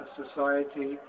society